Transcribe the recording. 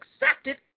accepted